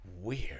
Weird